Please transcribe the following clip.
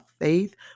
faith